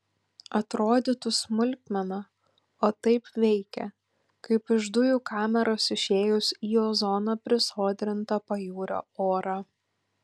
atrodytų smulkmena o taip veikia kaip iš dujų kameros išėjus į ozono prisodrintą pajūrio orą